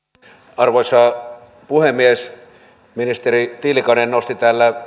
arvoisa puhemies ministeri tiilikainen nosti täällä